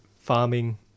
farming